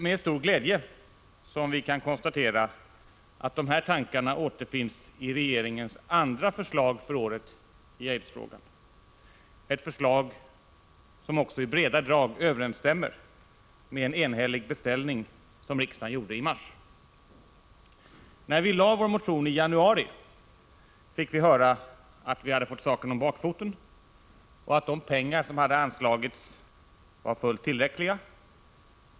Med stor glädje kan vi nu konstatera att dessa tankegångar återfinns i regeringens andra förslag för året i aidsfrågan, ett förslag som också i stora drag överensstämmer med den beställning som en enhällig riksdag gjorde i mars. När vi väckte vår motion i januari fick vi höra att vi hade fått saken om bakfoten och att de pengar som hade anslagits var fullt tillräckliga.